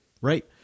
right